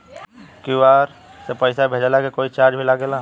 QR से पैसा भेजला के कोई चार्ज भी लागेला?